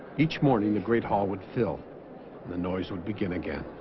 each morning the great hall would fill the noise would begin again